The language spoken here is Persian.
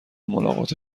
ملاقات